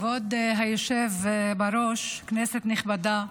כבוד היושב-ראש, כנסת נכבדה,